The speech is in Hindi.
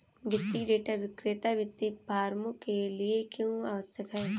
वित्तीय डेटा विक्रेता वित्तीय फर्मों के लिए क्यों आवश्यक है?